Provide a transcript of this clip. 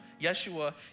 Yeshua